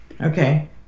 Okay